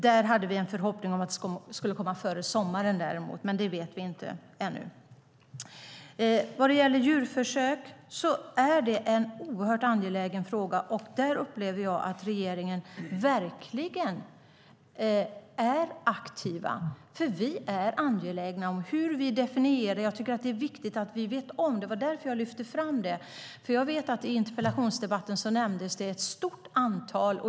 Vi hade en förhoppning om före sommaren, men det vet vi inte ännu. Djurförsök är en oerhört angelägen fråga. Där upplever jag att regeringen verkligen är aktiv. Vi är angelägna om att titta på hur vi definierar djurförsök. Det är viktigt att veta. Det var därför jag lyfte fram frågan. Jag vet att i interpellationsdebatten nämndes ett stort antal.